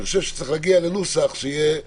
יש להגיע לנוסח שיהיה סביר,